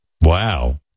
Wow